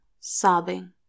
sobbing